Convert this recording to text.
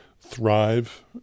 thrive